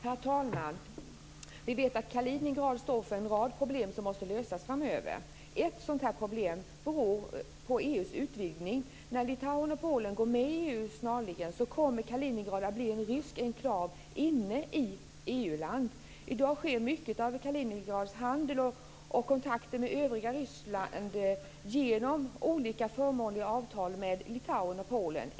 Herr talman! Vi vet att Kaliningrad står inför en rad problem som måste lösas framöver. Ett problem beror på EU:s utvidgning. När Litauen och Polen går med i EU snarligen kommer Kaliningrad att bli en rysk enklav inne i EU land. I dag sker mycket av Kaliningrads handel och kontakter med övriga Ryssland genom olika förmånliga avtal med Litauen och Polen.